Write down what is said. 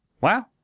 Wow